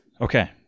Okay